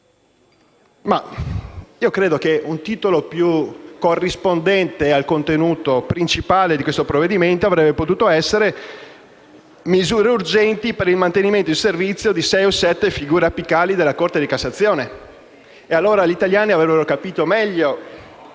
Credo che un titolo più corrispondente al contenuto principale del provvedimento avrebbe potuto essere: «Misure urgenti per il mantenimento in servizio di sei o sette figure apicali della Corte di Cassazione»